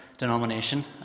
Denomination